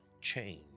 change